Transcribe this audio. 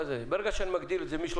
כי כרגע הלכה למעשה אנחנו מבקשים מאותם